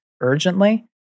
urgently